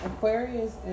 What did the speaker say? Aquarius